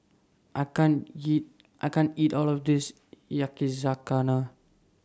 I can't eat I can't eat All of This Yakizakana